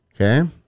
Okay